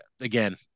again